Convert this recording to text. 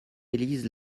élisent